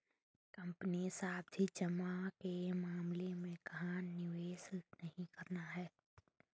Company सावधि जमा के मामले में कहाँ निवेश नहीं करना है?